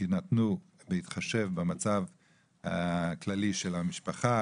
יינתנו בהתחשב במצב הכללי של המשפחה,